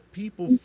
people